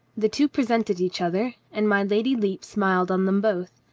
the two presented each other, and my lady lepe smiled on them both.